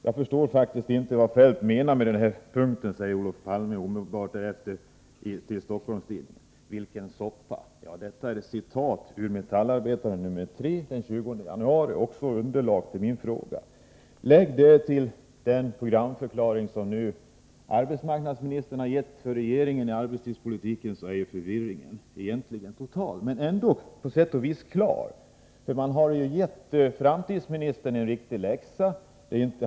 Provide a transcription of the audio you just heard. — Jag förstår faktiskt inte vad Feldt menar på den här punkten, säger Olof Palme omedelbart därefter till Stockholms-Tidningen. Vilken soppa!” Detta är ett citat ur Metallarbetaren nr 3 den 20 januari och underlag till min fråga. Lägg därtill den programförklaring som arbetsmarknadsministern nu har gett för regeringens del i arbetsmarknadspolitiken, så är förvirringen egentligen total men ändå på sätt och vis klargörande, för man har ju gett framtidsministern en riktig läxa.